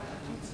אתה שוכח.